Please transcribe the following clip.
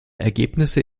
ergebnisse